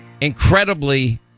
incredibly